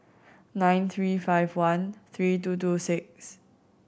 nine three five one three two two six